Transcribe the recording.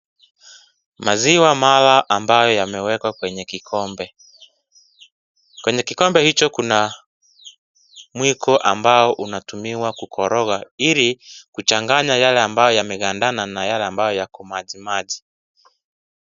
Maziwa mala ambayo yamewekwa kwenye kikombe kwenye kikombe hicho kuna mwiko ambao unatumiwa ku koroga hili kuchanganya yale ambayo yamegandana na yele ambayo kako maji maji.